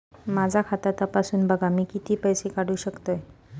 माझा खाता तपासून बघा मी किती पैशे काढू शकतय?